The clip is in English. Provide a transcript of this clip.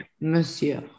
monsieur